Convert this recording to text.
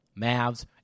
Mavs